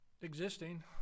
existing